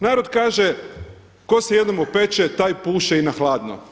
Narod kaže tko se jednom opeče taj puše i na hladno.